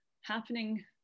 happening